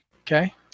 Okay